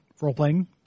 role-playing